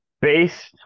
Based